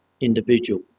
individual